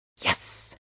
Yes